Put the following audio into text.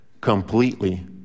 completely